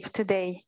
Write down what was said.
today